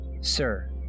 sir